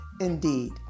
Indeed